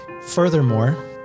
Furthermore